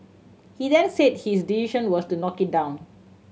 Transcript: he then said his decision was to knock it down